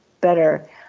better